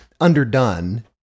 underdone